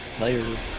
Later